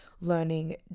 learning